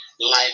Life